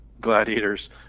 gladiators